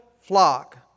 flock